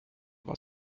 war